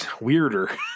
weirder